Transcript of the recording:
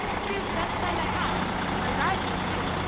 she was the best friend i had my bridesmaid, too.